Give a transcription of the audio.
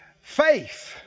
Faith